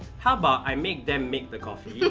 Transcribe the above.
how about i make them make the coffee?